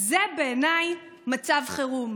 זה בעיניי מצב חירום.